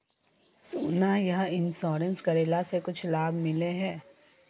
सोना यह इंश्योरेंस करेला से कुछ लाभ मिले है?